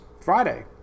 Friday